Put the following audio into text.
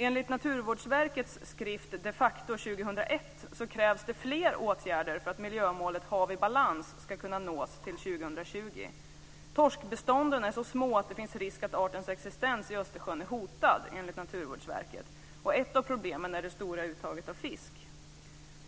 Enligt Naturvårdsverkets skrift de Facto 2001 krävs det fler åtgärder för att miljömålet Hav i balans ska kunna nås till 2020. Torskbestånden är så små att det finns risk att artens existens i Östersjön är hotad, enligt Naturvårdsverket. Ett av problemen är det stora uttaget av fisk.